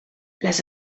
les